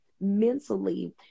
mentally